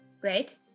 great